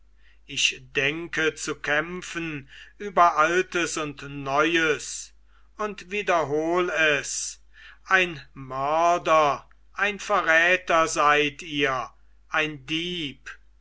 ich denke zu kämpfen über altes und neues und wiederhol es ein mörder ein verräter seid ihr ein dieb